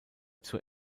zur